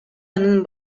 анын